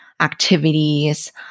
activities